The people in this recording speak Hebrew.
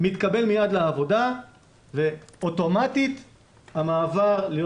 מתקבל מייד לעבודה ואוטומטית המעבר להיות